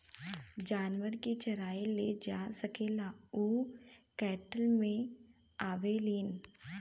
जानवरन के चराए ले जा सकेला उ कैटल मे आवेलीन